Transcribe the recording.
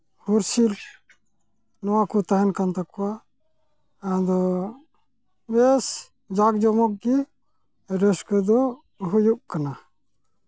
ᱦᱩᱨᱥᱤᱞ ᱱᱚᱣᱟ ᱠᱚ ᱛᱟᱦᱮᱱ ᱠᱟᱱ ᱛᱟᱠᱚᱣᱟ ᱟᱫᱚ ᱵᱮᱥ ᱡᱟᱠ ᱡᱚᱢᱚᱠ ᱜᱮ ᱨᱟᱹᱥᱠᱟᱹ ᱫᱚ ᱦᱩᱭᱩᱜ ᱠᱟᱱᱟ